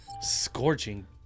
scorching